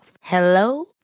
Hello